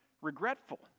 regretful